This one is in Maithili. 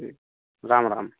ठीक राम राम